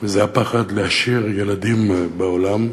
וזה הפחד להשאיר ילדים בעולם,